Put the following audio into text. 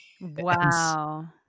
Wow